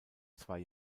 zwei